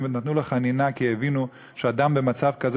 ונתנו לו חנינה כי הבינו שאדם במצב כזה,